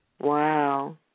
Wow